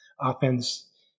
offense